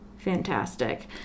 fantastic